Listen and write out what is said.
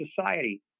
society